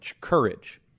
courage